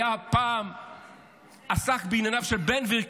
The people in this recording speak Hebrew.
הוא פעם עסק בענייניו של בן גביר,